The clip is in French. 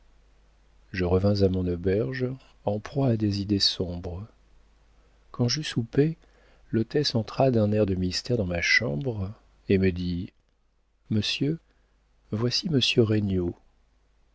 je revins à mon auberge en proie à des idées sombres quand j'eus soupé l'hôtesse entra d'un air de mystère dans ma chambre et me dit monsieur voici